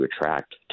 attract